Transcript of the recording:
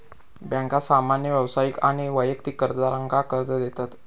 बँका सामान्य व्यावसायिक आणि वैयक्तिक कर्जदारांका कर्ज देतत